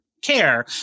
Care